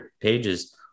pages